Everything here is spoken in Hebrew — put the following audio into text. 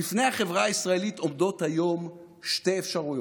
בפני החברה הישראלית עומדות היום שתי אפשרויות: